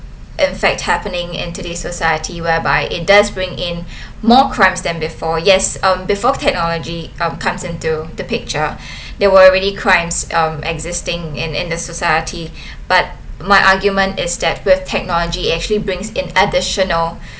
in fact happening in today's society whereby it does bring in more crimes than before yes um before technology um comes into the picture there were already crimes um existing in in the society but my argument is that with technology actually brings in additional